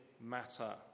matter